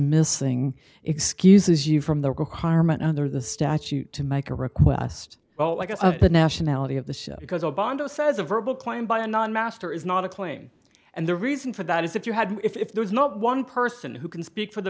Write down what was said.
missing excuses you from the requirement under the statute to make a request well i guess of the nationality of the ship because of bondo says a verbal claim by a non master is not a claim and the reason for that is if you had if there is not one person who can speak for the